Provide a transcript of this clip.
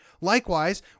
Likewise